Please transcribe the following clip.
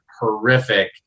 horrific